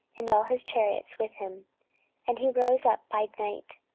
and all his chariots with him and he rose up by night,